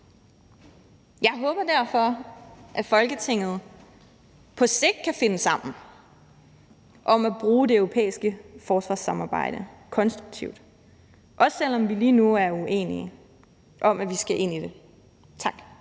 Jeg håber derfor, at Folketinget på sigt kan finde sammen om at bruge det europæiske forsvarssamarbejde konstruktivt, også selv om vi lige nu er uenige om, at vi skal ind i det. Tak.